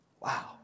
Wow